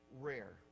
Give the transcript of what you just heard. rare